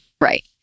Right